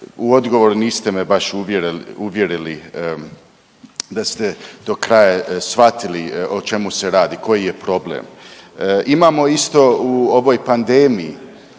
u odgovoru niste me baš uvjerili da ste do kraja shvatili o čemu se radi, koji je problem. Imamo isto u ovoj pandemiji